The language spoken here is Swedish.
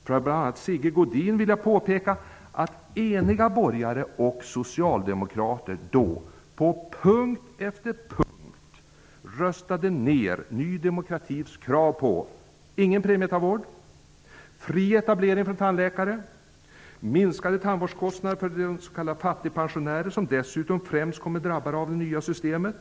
För bl.a. Sigge Godin vill jag påpeka att eniga borgare och socialdemokrater på punkt efter punkt röstade ned Ny demokratis krav. Våra krav gällde bl.a. ingen premietandvård, fri etablering för tandläkare och minskade tandvårdskostnader för s.k. fattigpensionärer som dessutom främst kommer att drabbas av det nya systemet.